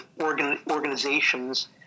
organizations